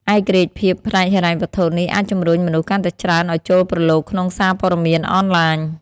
ឯករាជ្យភាពផ្នែកហិរញ្ញវត្ថុនេះអាចជំរុញមនុស្សកាន់តែច្រើនឱ្យចូលប្រឡូកក្នុងសារព័ត៌មានអនឡាញ។